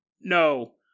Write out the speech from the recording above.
No